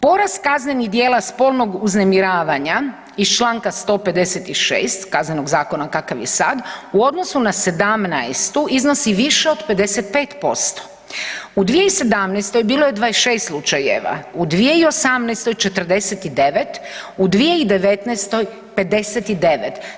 Porast kaznenih djela spolnog uznemiravanja iz čl. 156 Kazenog zakona, kakav je sad, u odnosu na '17. iznosi više od 55%. u 2017. bilo je 26 slučajeva, u 2018. 249, u 2019. 59.